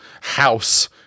House